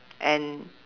and